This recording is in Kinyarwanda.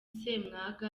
ssemwanga